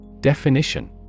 Definition